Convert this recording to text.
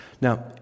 Now